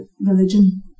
religion